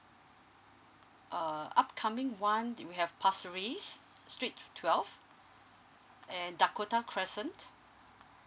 err upcoming [one] we have pasir ris street twelve and dakota crescent